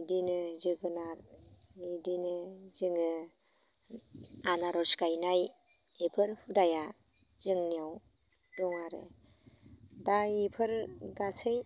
इदिनो जोगोनार इदिनो जोङो आनारस गायनाय एफोर हुदाया जोंनियाव दं आरो दा इफोर गासै